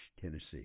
Tennessee